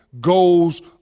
goes